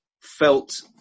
felt